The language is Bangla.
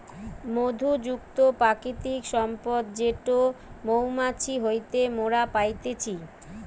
মধু যুক্ত প্রাকৃতিক সম্পদ যেটো মৌমাছি হইতে মোরা পাইতেছি